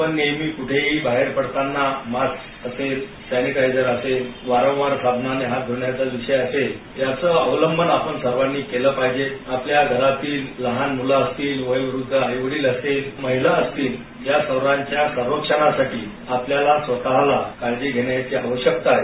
आपण नेहमी कुठेही बाहेर पडतांना मास्क असेल सॅनिटायजर असेल वारंवार साबनाने हाथ धुण्याचं विषय असेल याचा अवलंबन आपण सर्वांनी केलं पाहिजे आपल्या घरातील लहान मूलं असतील किंवा वयोव्ह्व आई वडील असतील महिला असतील या सर्वाच्या संरक्षासाठी आपल्याला स्वतःहाला काळजी घेण्याची आवश्यकता आहे